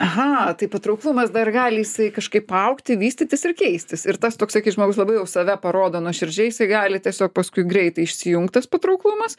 aha tai patrauklumas dar gali jisai kažkaip augti vystytis ir keistis ir tas toksai kai žmogus labai jau save parodo nuoširdžiai jisai gali tiesiog paskui greitai išsijungt tas patrauklumas